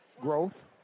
growth